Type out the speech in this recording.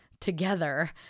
together